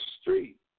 street